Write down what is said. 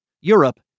Europe